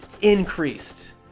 increased